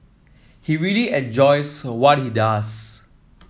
he really enjoys what he does